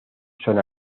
son